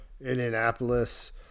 Indianapolis